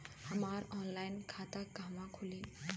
हमार ऑनलाइन खाता कहवा खुली?